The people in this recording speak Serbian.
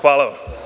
Hvala.